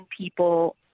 people